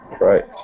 Right